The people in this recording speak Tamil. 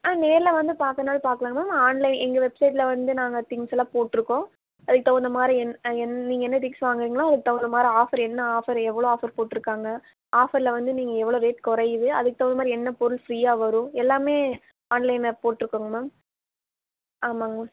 ஆ நேரில் வந்து பார்க்குறனாலும் பார்க்குலாம் மேம் ஆன்லைன் எங்கள் வெப்சைட்டில் வந்து நாங்கள் திங்க்ஸ் எல்லாம் போட்டுருக்கோம் அதுக்குத் தகுந்தமாதிரி என் நீங்கள் என்ன திங்க்ஸ் வாங்குறீங்களோ அதுக்குத் தகுந்தமாதிரி ஆஃபர் என்ன ஆஃபர் எவ்வளோ ஆஃபர் போட்டுருக்காங்க ஆஃபரில் வந்து நீங்கள் எவ்வளோ ரேட் குறையுது அதுக்குத் தகுந்தமாதிரி என்ன பொருள் ஃப்ரீயாக வரும் எல்லாமே ஆன்லைனில் போட்ருக்கோங்க மேம் ஆமாங்க மேம்